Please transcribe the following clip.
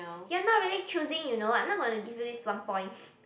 you're not really choosing you know I'm not gonna give you this one point